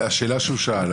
השאלה שהוא שאל.